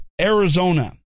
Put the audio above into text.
Arizona